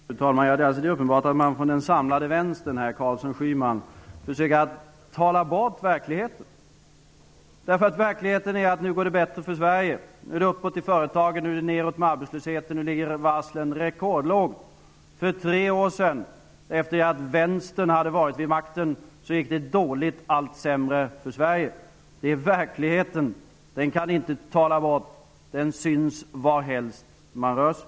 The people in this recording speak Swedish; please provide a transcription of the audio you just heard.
Fru talman! Det är alldeles uppenbart att man från den samlade vänstern med Carlsson--Schyman försöker att tala bort verkligheten, därför att verkligheten är att det nu går bättre för Sverige. Nu är det uppåt i företagen. Nu är det neråt med arbetslösheten. Nu ligger varslen rekordlågt. För tre år sedan, efter det att vänstern varit vid makten, gick det dåligt -- ja, allt sämre för Sverige. Det är verkligheten. Den kan ni inte tala bort. Den syns varhelst man rör sig.